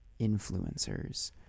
influencers